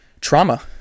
trauma